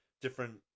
different